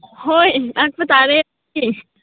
ꯍꯣꯏ ꯂꯥꯛꯄ ꯇꯥꯔꯦ ꯑꯗꯨꯗꯤ